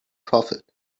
prophet